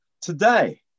today